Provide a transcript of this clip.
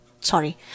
Sorry